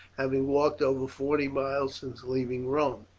having walked over forty miles since leaving rome.